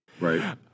Right